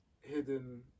hidden